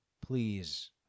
Please